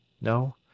No